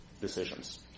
decisions